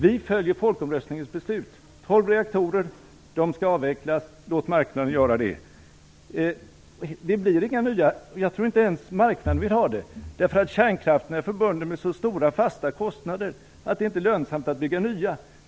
Vi följer folkomröstningens beslut: 12 reaktorer, de skall avvecklas, låt marknaden göra det. Jag tror inte att ens marknaden vill ha några nya, därför att kärnkraften är förbunden med så stora fasta kostnader att det inte är lönsamt att bygga nya.